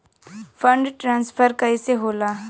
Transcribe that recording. Fund transfer कैसे होला?